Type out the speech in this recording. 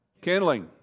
Kindling